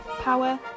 power